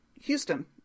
Houston